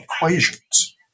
equations